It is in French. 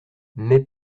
mais